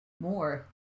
more